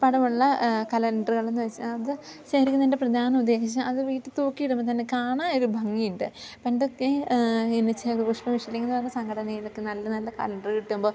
പടമുള്ള കലണ്ടറുകളെന്നു വെച്ചാൽ അത് ശേഖരിക്കുന്നതിൻ്റെ പ്രധാന ഉദ്ദേശം അത് വീട്ടിൽ തൂക്കിയിടുമ്പോൾ തന്നെ കാണാൻ ഒരു ഭംഗിയുണ്ട് അപ്പം എന്തൊക്കെ എന്നു വെച്ചാൽ എന്നു പറഞ്ഞാൽ സംഘടനയിലൊക്കെ നല്ല നല്ല കലണ്ടർ കിട്ടുമ്പോൾ